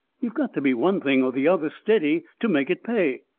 you've got to be one thing or the other steady to make it pay.